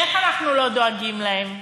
איך אנחנו לא דואגים להם?